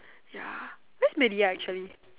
ya where is media actually